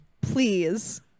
please